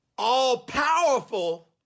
All-powerful